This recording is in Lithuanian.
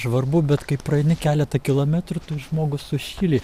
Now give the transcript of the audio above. žvarbu bet kai praeini keletą kilometrų tai žmogus sušyli